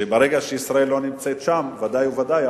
וברגע שישראל לא נמצאת שם בוודאי ובוודאי